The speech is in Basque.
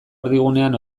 erdigunean